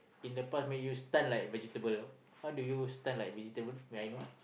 in the past make you stun like vegetable how do you stun like vegetable may I know